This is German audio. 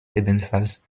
ebenfalls